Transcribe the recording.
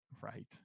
Right